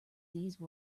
these